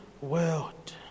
world